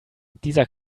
dieser